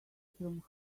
from